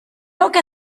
oche